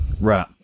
Right